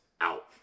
out